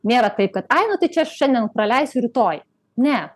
nėra taip kad ai nu tai čia šiandien praleisiu rytoj ne